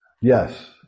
Yes